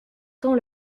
temps